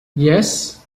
yes